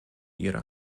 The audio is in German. ihre